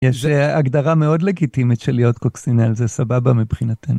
יש הגדרה מאוד לגיטימית של להיות קוקסינל, זה סבבה מבחינתנו.